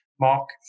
Mark